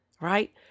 right